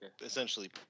essentially